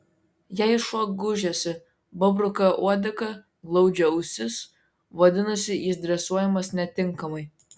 jei šuo gūžiasi pabruka uodegą glaudžia ausis vadinasi jis dresuojamas netinkamai